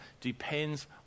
depends